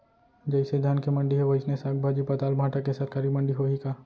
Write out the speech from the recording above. जइसे धान के मंडी हे, वइसने साग, भाजी, पताल, भाटा के सरकारी मंडी होही का?